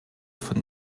von